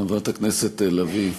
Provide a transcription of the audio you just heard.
חברת הכנסת לביא,